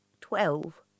Twelve